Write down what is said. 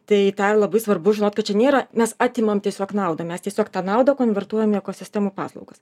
tai tą labai svarbu žinot kad čia nėra mes atimam tiesiog naudą mes tiesiog tą naudą konvertuojam į ekosistemų paslaugas